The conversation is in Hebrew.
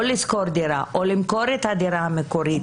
או לשכור דירה או למכור את הדירה המקורית,